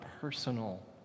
personal